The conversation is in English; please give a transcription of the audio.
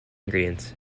ingredients